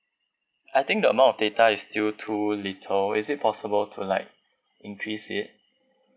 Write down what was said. I think the amount of data is still too little is it possible to like increase it